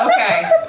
Okay